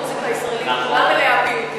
המוזיקה הישראלית כולה מלאה פיוטים.